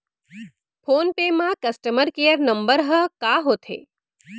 Phone पे म customer care number ह का होथे?